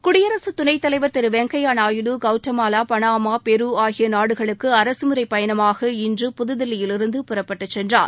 குடியரசு துணைத்தலைவர் Thiru Venkaiah Naidu Guatemala Panama Peru ஆகிய நாடுகளுக்கு அரசுமுறைப்பயணமாக இன்று புதுதில்லியிலிருந்து புறப்பட்டு சென்றார்